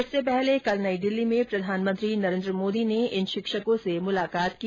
इससे पहले कल नई दिल्ली में प्रधानमंत्री नरेन्द्र मोदी ने इन शिक्षकों से मुलाकात की